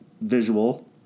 visual